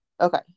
Okay